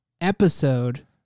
episode